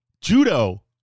Judo